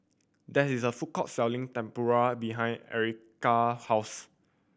there is a food court selling Tempura behind Ericka house